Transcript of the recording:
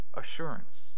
assurance